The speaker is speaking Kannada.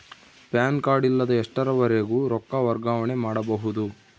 ಪ್ಯಾನ್ ಕಾರ್ಡ್ ಇಲ್ಲದ ಎಷ್ಟರವರೆಗೂ ರೊಕ್ಕ ವರ್ಗಾವಣೆ ಮಾಡಬಹುದು?